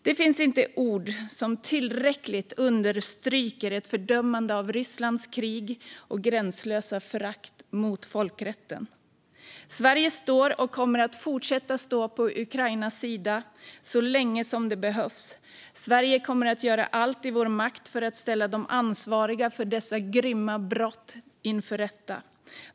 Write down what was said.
Det finns inte ord som tillräckligt understryker ett fördömande av Rysslands krig och gränslösa förakt mot folkrätten. Sverige står och kommer att fortsätta att stå på Ukrainas sida så länge som det behövs. Vi kommer att göra allt i vår makt för att ställa de ansvariga för dessa grymma brott inför rätta.